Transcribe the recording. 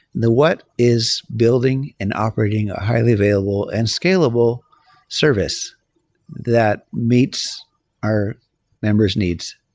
the what is building and operating highly available and scalable service that meets our members' needs,